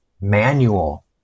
manual